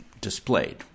displayed